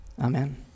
Amen